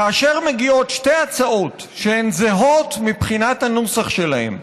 כאשר מגיעות שתי הצעות שהן זהות מבחינת הנוסח שלהן,